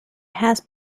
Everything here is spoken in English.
has